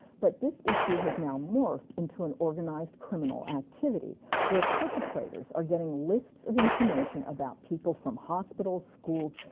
but, this issue has now morphed into an organized criminal activity where perpetrators are getting lists of information about people from hospitals, schools,